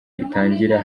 utangira